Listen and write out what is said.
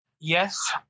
Yes